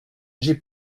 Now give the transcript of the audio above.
j’ai